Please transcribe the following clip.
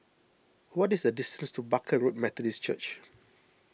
what is the distance to Barker Road Methodist Church